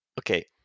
Okay